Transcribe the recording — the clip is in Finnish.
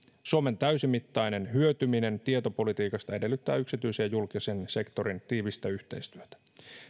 suomen täysimittainen hyötyminen tietopolitiikasta edellyttää yksityisen ja julkisen sektorin tiivistä yhteistyötä